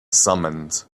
summons